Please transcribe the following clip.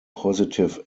positive